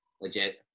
legit